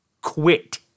quit